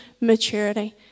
maturity